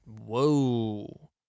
Whoa